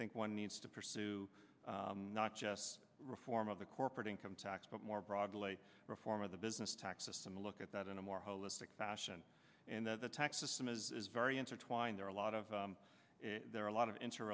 think one needs to pursue not just reform of the corporate income tax but more broadly reform of the business tax system a look at that in a more holistic fashion and the tax system is very intertwined there are a lot of there are a lot of